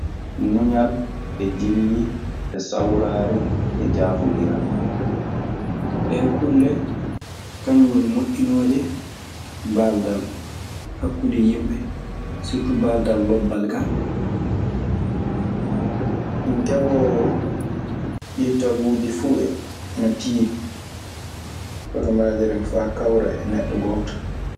Muñal e jilli e sawraare e jaafondiral. ɗee kulle kañum woni moƴƴinooje baaldal hakkunde yimɓe, sirtu baaldal lobbal. Keɓoowo ɗii taguuji fuu e, ana tiiɗi sakamaaderema faa kawra e neɗɗo gooto.